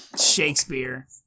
Shakespeare